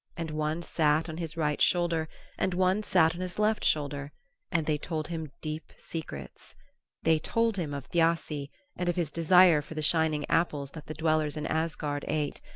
and one sat on his right shoulder and one sat on his left shoulder and they told him deep secrets they told him of thiassi and of his desire for the shining apples that the dwellers in asgard ate,